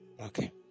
Okay